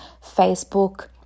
Facebook